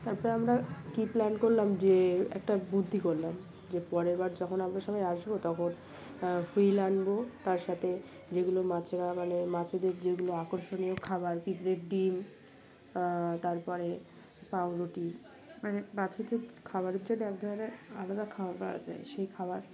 তার পরে আমরা কী প্ল্যান করলাম যে একটা বুদ্ধি করলাম যে পরের বার যখন আমরা সবাই আসবো তখন হুইল আনব তার সাথে যেগুলো মাছেরা মানে মাছেদের যেগুলো আকর্ষণীয় খাবার পিঁপড়ের ডিম তার পরে পাউরুটি মানে মাছেদের খাবারের জন্যে এক ধরনের আলাদা খাবার পাওয়া যায় সেই খাবার